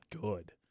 good